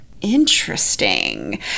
interesting